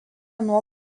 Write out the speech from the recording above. nuo